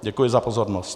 Děkuji za pozornost.